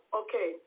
okay